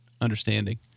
understanding